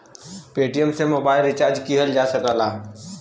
Paytm से mobile recharge किहल जा सकला